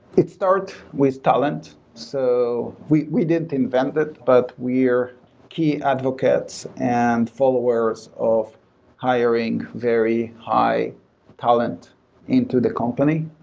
it starts with talent. so we we didn't event it, but we're key advocates and followers of hiring very high talent into the company,